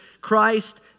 Christ